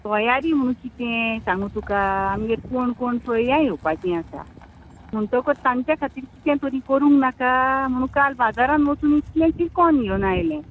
तोयारी म्हुण किते सांगू तुका आमगेर कोण कोण सोयऱ्यां येवपाची आसा म्हूणटोकोच तांच्या खातीर कितें तोरी करूंक नाका म्हूण काल बाजारांत वचोन इतलें चिकोन घेवन आयलें